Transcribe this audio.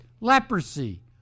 Leprosy